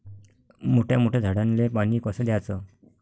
मोठ्या मोठ्या झाडांले पानी कस द्याचं?